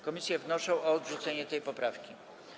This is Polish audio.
Komisje wnoszą o odrzucenie tej poprawki.